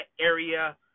area